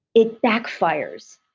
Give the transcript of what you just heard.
it backfires.